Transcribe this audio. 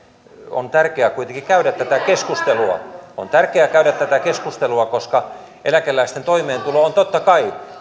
on tärkeää kuitenkin käydä tätä keskustelua on tärkeää käydä tätä keskustelua koska eläkeläisten toimeentulo on totta kai